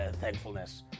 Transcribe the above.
thankfulness